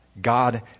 God